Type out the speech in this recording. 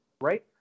right